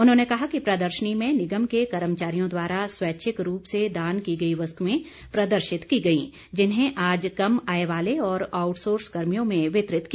उन्होंने कहा कि प्रदर्शनी में निगम के कर्मचारियों द्वारा खैच्छिक रूप से दान की गई वस्तुएं प्रदर्शित की गई जिन्हें आज कम आय वाले और आउटसोर्स कर्मियों में वितरित किया